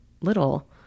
little